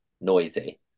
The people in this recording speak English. noisy